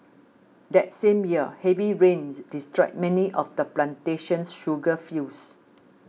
that same year heavy rains destroyed many of the plantation's sugar fields